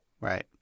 Right